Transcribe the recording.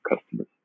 customers